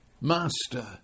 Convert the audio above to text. master